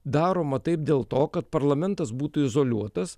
daroma taip dėl to kad parlamentas būtų izoliuotas